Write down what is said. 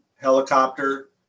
helicopter